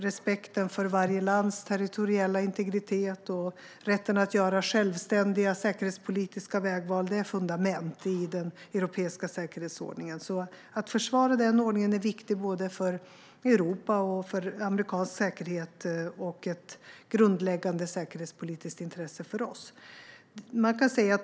Respekten för varje lands territoriella integritet och rätten att göra självständiga säkerhetspolitiska vägval är fundament i den europeiska säkerhetsordningen. Att försvara denna ordning är viktigt både för Europa och för amerikansk säkerhet och är av grundläggande säkerhetspolitiskt intresse för oss.